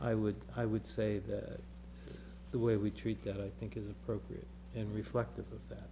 i would i would say that the way we treat that i think is appropriate and reflective of that